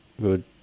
good